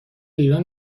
ایران